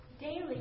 daily